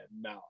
no